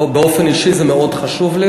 באופן אישי זה מאוד חשוב לי,